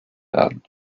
werden